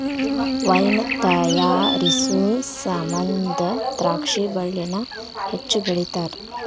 wine ತಯಾರಿಸು ಸಮಂದ ದ್ರಾಕ್ಷಿ ಬಳ್ಳಿನ ಹೆಚ್ಚು ಬೆಳಿತಾರ